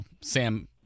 Sam